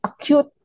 acute